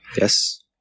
Yes